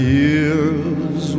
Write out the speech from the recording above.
years